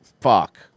fuck